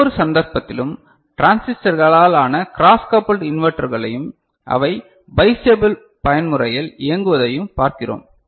ஒவ்வொரு சந்தர்ப்பத்திலும் டிரான்சிஸ்டர்களால் ஆன க்ராஸ் கபுல்ட் இன்வெர்ட்டர்களையும் அவை பிஸ்டபிள் பயன்முறையில் இயங்குவதையும் பார்க்கிறோம்